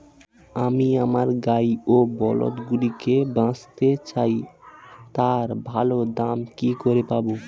আমি আমার গাই ও বলদগুলিকে বেঁচতে চাই, তার ভালো দাম কি করে পাবো?